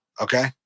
okay